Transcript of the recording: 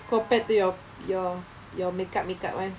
compared to your your your makeup makeup [one]